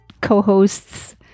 co-hosts